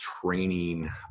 training